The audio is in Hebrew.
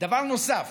דבר נוסף